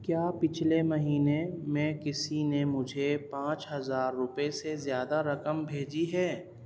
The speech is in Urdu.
کیا پچھلے مہینے میں کسی نے مجھے پانچ ہزار روپے سے زیادہ رقم بھیجی ہے